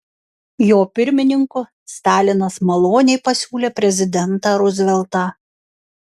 jo pirmininku stalinas maloniai pasiūlė prezidentą ruzveltą